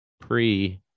pre-